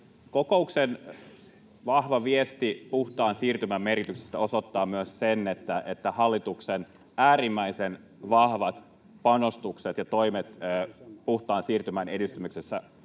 Kokouksen vahva viesti puhtaan siirtymän merkityksestä osoittaa myös sen, että hallituksen äärimmäisen vahvat panostukset ja toimet puhtaan siirtymän edistämiseksi ovat